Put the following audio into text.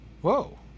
Whoa